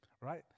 right